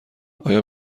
آیا